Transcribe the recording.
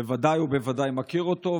בוודאי ובוודאי מכיר אותו,